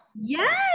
Yes